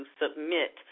submit